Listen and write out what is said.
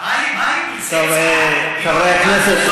חברי הכנסת,